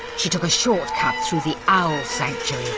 she took a shortcut through the owl sanctuary!